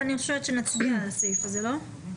אני חושבת שנצביע על הסעיף הזה, לא?